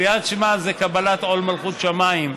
קריאת שמע זה קבלת עול מלכות שמיים.